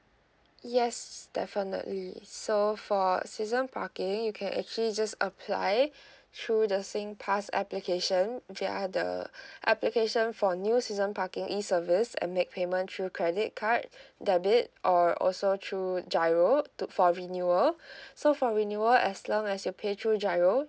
yes definitely so for season parking you can actually just apply through the singpass application there are the application for new season parking e service and make payment through credit card debit or also through giro to for renewal so for renewal as long as you pay through giro